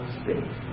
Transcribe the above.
space